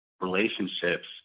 relationships